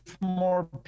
more